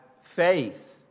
faith